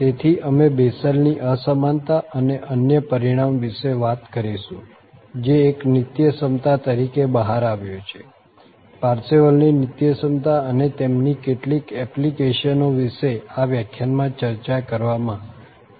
તેથી અમે બેસેલની અસમાનતા અને અન્ય પરિણામ વિશે વાત કરીશું જે એક નિત્યસમતા તરીકે બહાર આવ્યું છે પારસેવલની નિત્યસમતા અને તેમની કેટલીક એપ્લિકેશનો વિશે આ વ્યાખ્યાનમાં ચર્ચા કરવામાં આવશે